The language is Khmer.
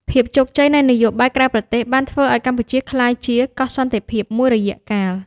ភាពជោគជ័យនៃនយោបាយក្រៅប្រទេសបានធ្វើឱ្យកម្ពុជាក្លាយជា "កោះសន្តិភាព" មួយរយៈកាល។